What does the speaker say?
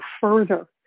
further